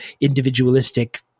individualistic